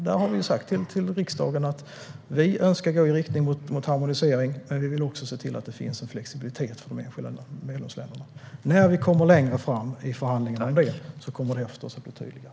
Där har vi sagt till riksdagen att vi önskar gå i riktning mot harmonisering, men vi vill också se till att det finns en flexibilitet för de enskilda medlemsländerna. När vi kommer längre fram i förhandlingarna kommer det att bli tydligare.